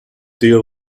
deal